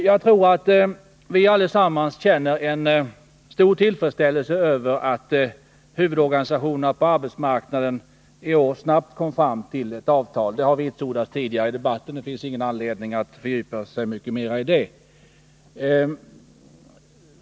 Jag tror att vi allesammans känner en stor tillfredsställelse över att huvudorganisationerna på arbetsmarknaden i år snabbt kom fram till ett avtal. Det har vitsordats tidigare i debatten, och det finns ingen anledning att fördjupa sig mycket mera i det.